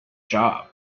job